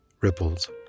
Ripples